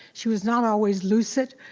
she was not always lucid,